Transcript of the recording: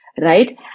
right